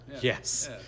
Yes